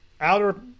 outer